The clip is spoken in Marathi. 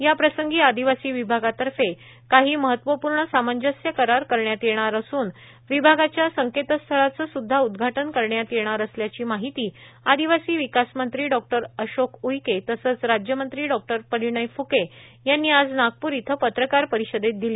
याप्रसंगी आदिवासी विभागातर्फे काही महत्वपूर्ण सामंजस्य करार करण्यात येणार असून विभागाच्या संकेतस्थळांचं सुद्धा उद्वाटन करण्यात येणार असल्याची माहिती आदिवासी विकास मंत्री डॉ अशोक उईके तसंच राज्यमंत्री डों परिणय फुके यांनी आज नागपूर इथं पत्रकार परिशदेत दिली